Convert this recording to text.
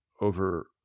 over